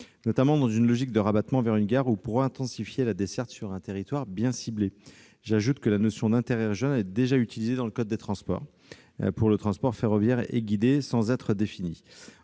notamment dans une logique de rabattement vers une gare ou pour intensifier la desserte sur un territoire bien ciblé. J'ajoute que la notion d'intérêt régional est déjà utilisée dans le code des transports pour le transport ferroviaire et guidé, sans être définie.